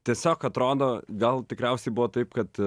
tiesiog atrodo gal tikriausiai buvo taip kad